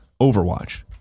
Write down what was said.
Overwatch